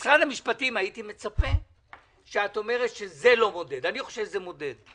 כשאת אומרת שזה לא מודד, אני חושב שזה מודד.